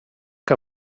que